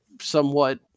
somewhat